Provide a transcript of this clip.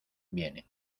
vienen